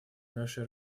нашей